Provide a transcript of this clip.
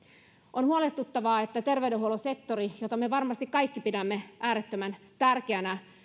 on huolestuttavaa että terveydenhuollon sektori jota me varmasti kaikki pidämme äärettömän tärkeänä